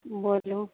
बोलू